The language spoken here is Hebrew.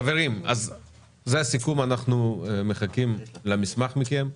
חברים, זה הסיכום, אנחנו מחכים למסמך מכם.